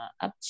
up